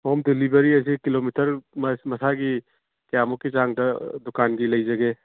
home delivery ꯍꯥꯏꯁꯤ kilometre ꯃꯁꯥꯒꯤ ꯀꯌꯥꯃꯨꯛꯀꯤ ꯆꯥꯡꯗ ꯗꯨꯀꯥꯟꯒꯤ ꯂꯩꯖꯒꯦ